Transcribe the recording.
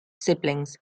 siblings